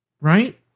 right